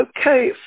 Okay